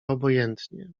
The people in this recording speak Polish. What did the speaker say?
obojętnie